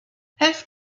helft